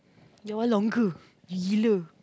your one longer gila